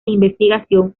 investigación